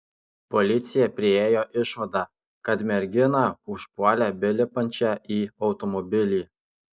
policija priėjo išvadą kad merginą užpuolė belipančią į automobilį